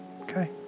Okay